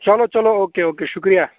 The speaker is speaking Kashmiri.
چلو چلو اوٚکے اوٚکے شُکریہ